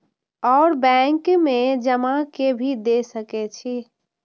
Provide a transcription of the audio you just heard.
और बैंक में जा के भी दे सके छी?